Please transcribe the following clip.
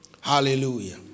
Hallelujah